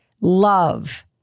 love